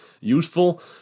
useful